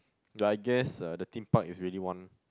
like I guess uh the Theme Park is really one